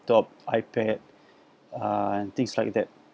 the iPad uh and things like that